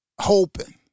hoping